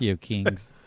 Kings